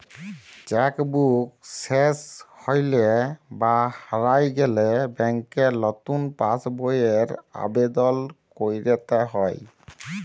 cheque book শেস হৈলে বা হারায় গেলে ব্যাংকে লতুন পাস বইয়ের আবেদল কইরতে হ্যয়